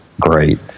Great